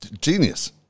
Genius